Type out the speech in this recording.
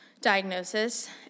diagnosis